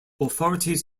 authorities